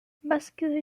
muscular